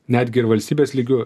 netgi ir valstybės lygiu